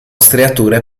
striature